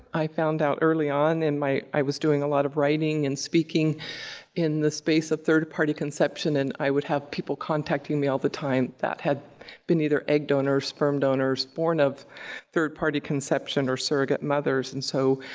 i found out early on in my, i was doing a lot of writing and speaking in the space of third-party conception and i would have people contacting me all the time that had been either egg donors, sperm donors, born of third-party conception or surrogate mothers. and so,